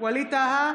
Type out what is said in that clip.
ווליד טאהא,